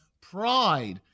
pride